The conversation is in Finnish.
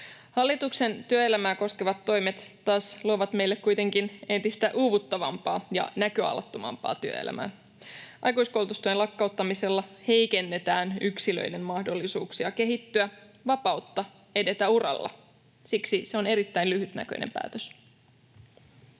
Hallituksen työelämää koskevat toimet taas luovat meille kuitenkin entistä uuvuttavampaa ja näköalattomampaa työelämää. Aikuiskoulutustuen lakkauttamisella heikennetään yksilöiden mahdollisuuksia kehittyä, vapautta edetä uralla. Siksi se on erittäin lyhytnäköinen päätös.